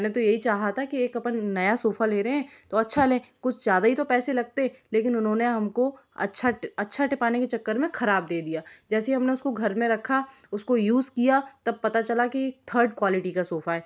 मैंने तो यही चाहा था कि एक अपन नया सोफ़ा ले रहे हैं तो अच्छा लें कुछ ज़्यादा ही तो पैसे लगते लेकिन उन्होंने हमको अच्छा अच्छा टीपाने के चक्कर में खराब दे दिया जैसे हमने उसको घर में रखा उसको यूज़ किया तब पता चला कि थर्ड क्वालिटी का सोफ़ा है